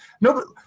No